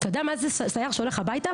אתה יודע מה זה סייר שהולך הביתה?